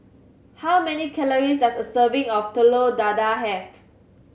how many calories does a serving of Telur Dadah have